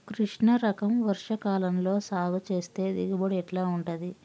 కృష్ణ రకం వర్ష కాలం లో సాగు చేస్తే దిగుబడి ఎట్లా ఉంటది?